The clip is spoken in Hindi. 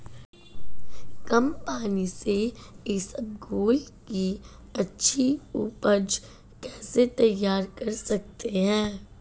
कम पानी से इसबगोल की अच्छी ऊपज कैसे तैयार कर सकते हैं?